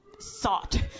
sought